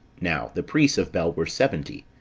now the priests of bel were seventy,